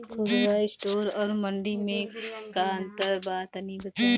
खुदरा स्टोर और मंडी में का अंतर बा तनी बताई?